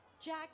Jack